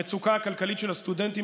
המצוקה הכלכלית של הסטודנטים,